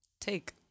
Take